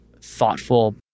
thoughtful